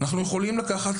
אפשר לעבוד עם קנסות,